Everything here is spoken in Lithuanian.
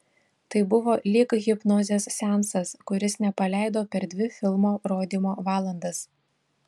tai buvo lyg hipnozės seansas kuris nepaleido per dvi filmo rodymo valandas